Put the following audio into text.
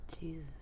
Jesus